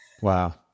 wow